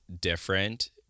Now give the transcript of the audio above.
different